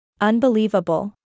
Unbelievable